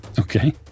Okay